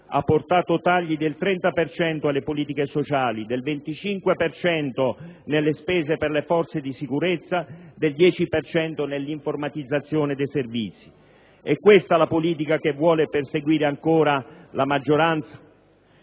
ha portato tagli del 30 per cento alle politiche sociali, del 25 per cento nelle spese per le forze di sicurezza, del 10 per cento nell'informatizzazione dei servizi. È questa la politica che vuole perseguire ancora la maggioranza?